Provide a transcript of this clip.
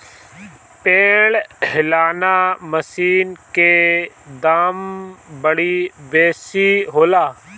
पेड़ हिलौना मशीन के दाम बड़ी बेसी होला